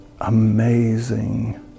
amazing